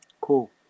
Cool